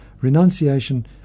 renunciation